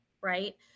right